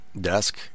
desk